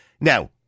Now